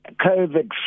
COVID